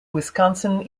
wisconsin